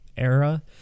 Era